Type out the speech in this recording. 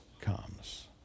comes